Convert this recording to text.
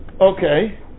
Okay